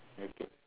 okay